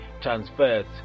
transfers